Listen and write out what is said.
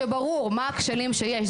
ברור מה הכשלים שיש.